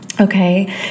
Okay